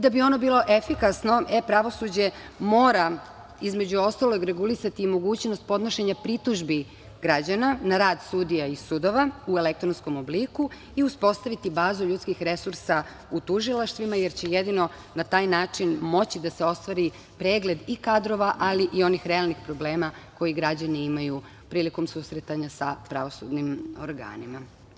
Da bi ono bilo efikasno e-pravosuđe mora, između ostalog regulisati i mogućnost podnošenja pritužbi građana na rad sudija i sudova u elektronskom obliku i uspostaviti bazu ljudskih resursa u tužilaštvima, jer će jedino na taj način moći da se ostvari pregled i kadrova, ali i onih realnih problema koji građani imaju prilikom susretanja sa pravosudnim organima.